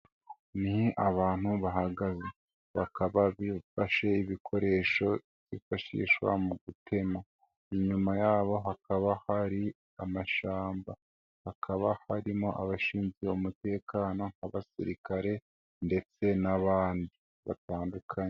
Ni abantu bahagaze bakaba bafashe ibikoresho byifashishwa mu gutema, inyuma yabo hakaba hari amashamba hakaba harimo abashinzwe umutekano b'abasirikare ndetse n'abandi batandukanye.